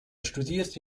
studierte